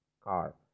car